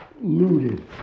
looted